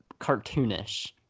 cartoonish